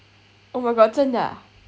oh my god 真的 ah